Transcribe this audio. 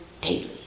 daily